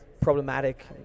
problematic